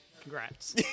congrats